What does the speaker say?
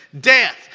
Death